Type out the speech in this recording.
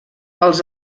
els